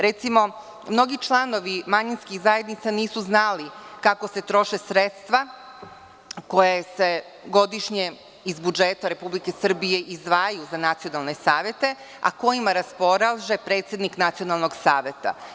Recimo, mnogi članovi manjinskih zajednica nisu znali kako se troše sredstva koja se godišnje iz budžeta Republike Srbije izdvajaju za nacionalne savete, a kojima raspolaže predsednik Nacionalnog saveta.